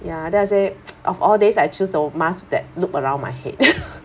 ya then I said of all days I choose the mask that loop around my head